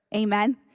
amen.